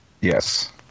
Yes